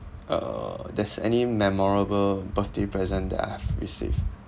uh there's any memorable birthday present that I have received